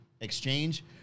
exchange